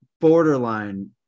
Borderline